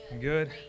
Good